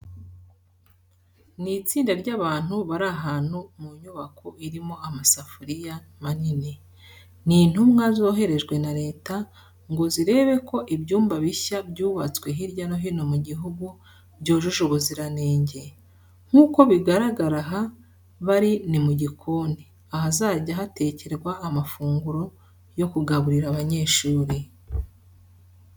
Ni itsinda ry'abantu bari ahantu mu nyubako irimo amasafuriya manini. Ni intumwa zoherejwe na Leta ngo zirebe ko ibyumba bishya byubatswe hirya no hino mu gihugu byujuje ubuziranenge. Nk'uko bigaragara aha bari ni mu gikoni, ahazajya hatekerwa amafunguro yo kugaburira abanyeshuri.